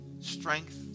strength